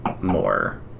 more